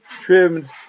trimmed